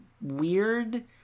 weird